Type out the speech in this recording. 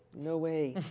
no way.